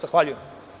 Zahvaljujem.